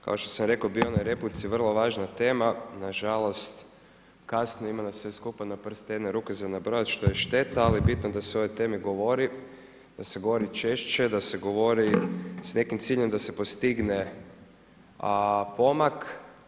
Kao što sam rekao bio u onoj replici vrlo važna tema, nažalost kasno je, ima nas sve skupa na prste jedne ruke za nabrojat što je šteta, ali bitno je da se o ovoj temi govori, da se govori češće, da se govori s nekim ciljem da se postigne pomak.